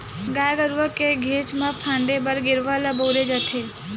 गाय गरुवा के घेंच म फांदे बर गेरवा ल बउरे जाथे